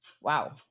Wow